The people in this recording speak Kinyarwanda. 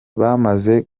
bamaze